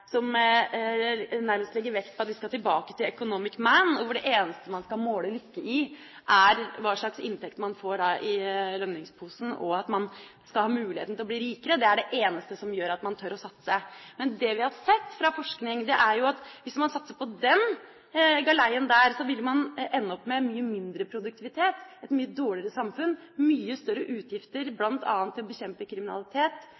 han nærmest legger vekt på at vi skal tilbake til «Economic Man», hvor det eneste man skal måle lykke i, er hvor mye man får i lønningsposen, og muligheten til å bli rikere. Det er det eneste som gjør at man tør å satse. Men det vi har sett av forskning, er jo at hvis man satser på den galeien, vil man ende opp med mye mindre produktivitet, et mye dårligere samfunn, mye større utgifter